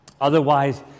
Otherwise